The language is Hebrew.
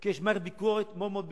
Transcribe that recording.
כי יש מערכת ביקורת מאוד מאוד קשה.